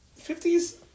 50s